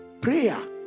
Prayer